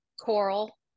coral